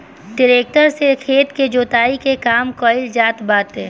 tractor से खेत के जोताई के काम कइल जात बाटे